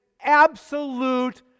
absolute